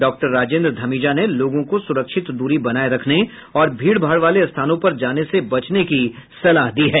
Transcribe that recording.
doctor Rajendra Dhamija ने लोगों को सुरक्षित दूरी बनाए रखने और भीड़ भाड़ वाले स्थानों पर जाने से बचने की सलाह दी है